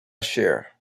shear